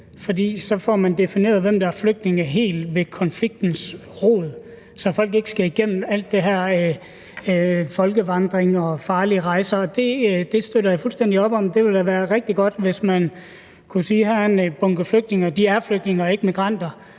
man så får defineret, hvem der er flygtninge, helt ved konfliktens rod, så folk ikke skal igennem alt det her folkevandring og farlige rejser. Det støtter jeg fuldstændig op om. Det vil da være rigtig godt, hvis man kunne sige, at her er en bunke flygtninge,